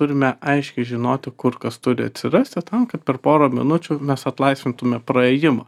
turime aiškiai žinoti kur kas turi atsirasti tam kad per porą minučių mes atlaisvintume praėjimą